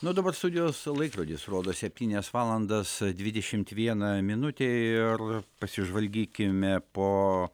na o dabar studijos laikrodis rodo septynias valandas dvidešimt viena minutė ir pasižvalgykime po